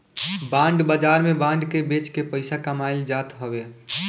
bond बाजार में bond के बेच के पईसा कमाईल जात हवे